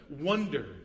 wonder